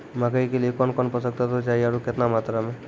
मकई के लिए कौन कौन पोसक तत्व चाहिए आरु केतना मात्रा मे?